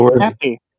happy